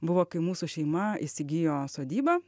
buvo kai mūsų šeima įsigijo sodybą